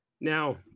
Now